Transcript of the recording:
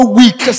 weak